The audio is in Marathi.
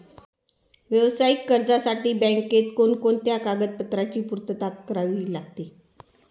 व्यावसायिक कर्जासाठी बँकेत कोणकोणत्या कागदपत्रांची पूर्तता करावी लागते?